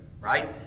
right